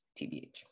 tbh